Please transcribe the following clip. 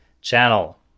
channel